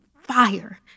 fire